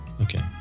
Okay